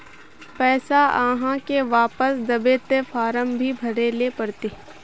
पैसा आहाँ के वापस दबे ते फारम भी भरें ले पड़ते?